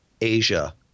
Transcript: Asia